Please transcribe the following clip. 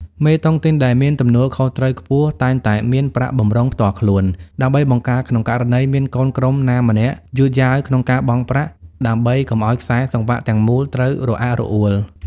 មេតុងទីនដែលមានទំនួលខុសត្រូវខ្ពស់ តែងតែមាន "ប្រាក់បម្រុងផ្ទាល់ខ្លួន" ដើម្បីបង្ការក្នុងករណីមានកូនក្រុមណាម្នាក់យឺតយ៉ាវក្នុងការបង់ប្រាក់ ដើម្បីកុំឱ្យខ្សែសង្វាក់ទាំងមូលត្រូវរអាក់រអួល។